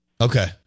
Okay